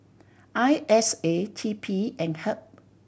I S A T P and HEB